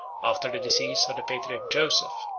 after the decease of the patriarch joseph,